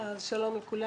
לכולם.